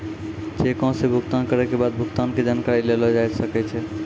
चेको से भुगतान करै के बाद भुगतान के जानकारी लेलो जाय सकै छै